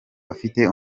bafite